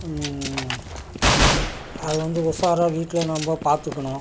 அது வந்து உஷாராக வீட்டில் நம்ம பார்த்துக்கணும்